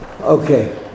Okay